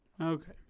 Okay